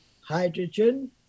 hydrogen